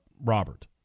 Robert